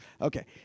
Okay